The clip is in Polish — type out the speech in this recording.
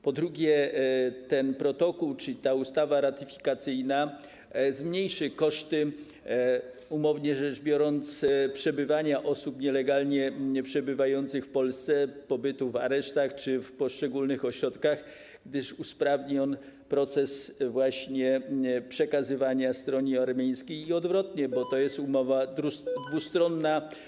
Po drugie, ten protokół czy ta ustawa ratyfikacyjna zmniejszy koszty, umownie rzecz biorąc, przebywania osób nielegalnie przebywających w Polsce, pobytu w aresztach czy w poszczególnych ośrodkach, gdyż usprawni on proces przekazywania stronie armeńskiej i odwrotnie, bo to jest umowa dwustronna.